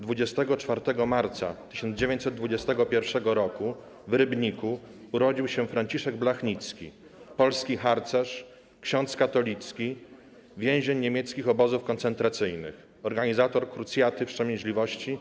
24 marca 1921 roku w Rybniku urodził się Franciszek Blachnicki, polski harcerz, ksiądz katolicki, więzień niemieckich obozów koncentracyjnych, organizator Krucjaty Wstrzemięźliwości.